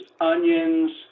onions